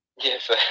yes